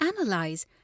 analyze